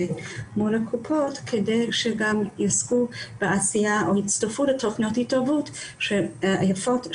מול הקופות כדי שיעסקו בעשייה או יצטרפו לתוכניות התערבות שהוזכרו.